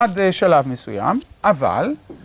עד שלב מסוים, אבל